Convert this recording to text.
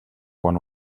quan